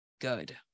good